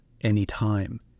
anytime